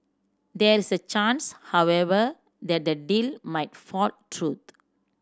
there is a chance however that the deal might fall through